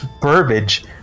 Burbage